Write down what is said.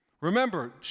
Remember